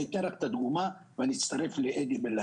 אני אתן דוגמה ואצטרף לדבריו של